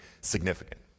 significant